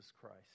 christ